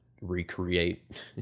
recreate